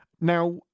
Now